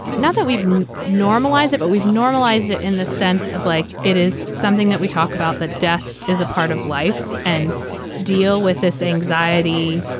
now that we've normalized it, but we've normalized it in the sense of like it is something that we talk about. the death is a part of life and deal with this anxiety.